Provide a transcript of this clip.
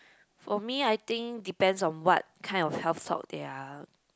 for me I think depends on what kind of health talk there are